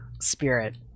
Spirit